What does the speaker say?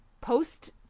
post